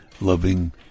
loving